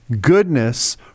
goodness